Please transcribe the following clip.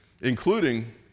Including